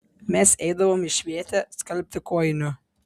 mes eidavom į švėtę skalbti kojinių